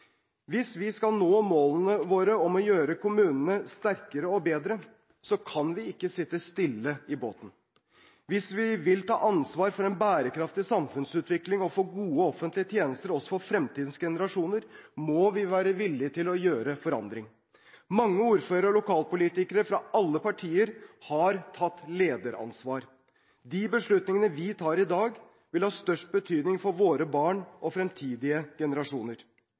Hvis vi skal nå målene våre om å gjøre kommunene sterkere og bedre, kan vi ikke sitte stille i båten. Hvis vi vil ta ansvar for en bærekraftig samfunnsutvikling og for gode, offentlige tjenester også for fremtidens generasjoner, må vi være villige til å gjøre forandringer. Mange ordførere og lokalpolitikere fra alle partier har tatt lederansvar. De beslutningene vi tar i dag, vil ha størst betydning for våre barn og for fremtidige generasjoner.